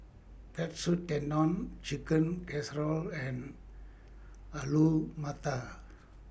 Katsu Tendon Chicken Casserole and Alu Matar